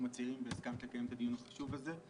הצעירים והסכמת לקיים את הדיון החשוב הזה.